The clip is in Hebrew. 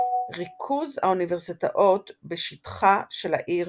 ריכוז האוניברסיטאות בשטחה של העיר